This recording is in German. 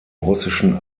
russischen